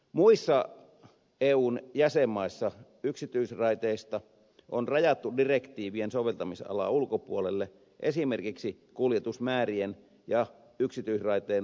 muissa eun jäsenmaissa yksityisraiteita on rajattu direktiivien soveltamisalan ulkopuolelle esimerkiksi kuljetusmäärien ja yksityisraiteen luonteen perusteella